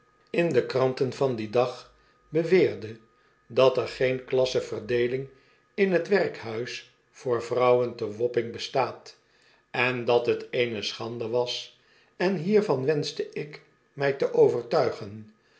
in de kranten van dien dag beweerde dat er geen klassen verdeeling in t werkhuis voor vrouwen te wapping bestaat en dat t eene schande was en hiervan wenschte ik mij te overtuigen